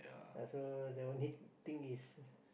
ya so the only thing is